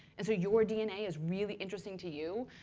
and so your dna is really interesting to you.